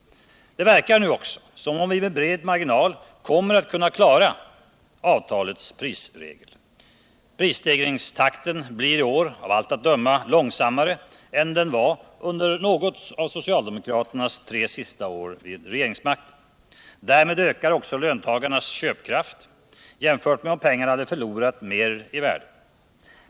Det verkar nu också som om vi med god marginal kommer att kunna klara avtalets prisregel. Prisstegringstakten blir i år av allt att döma långsammare än den var under något av socialdemokraternas tre sista år vid regeringsmakten. Därmed ökar också löntagarnas köpkraft jämfört med om pengarna hade förlorat mer i värde.